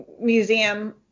museum